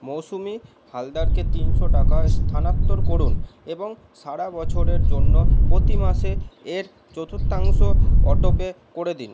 মৌসুমি হালদারকে তিনশো টাকা স্থানান্তর করুন এবং সারা বছরের জন্য প্রতি মাসে এর চতুর্থাংশ অটোপে করে দিন